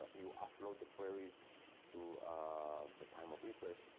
you offload the queries to the time of refresh.